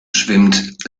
schwimmt